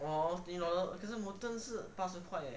oh twenty dollar 可是 molten 是八十块 leh